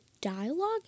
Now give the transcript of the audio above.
dialogue